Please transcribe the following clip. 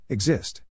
Exist